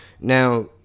Now